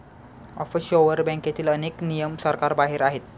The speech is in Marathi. ऑफशोअर बँकेतील अनेक नियम सरकारबाहेर आहेत